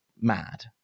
mad